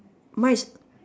mine is